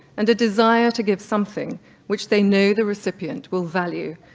and a desire to give something which they know the recipient will value,